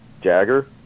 Jagger